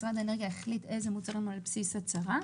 משרד האנרגיה החליט איזה מוצרים הם על בסיס הצהרה.